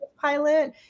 pilot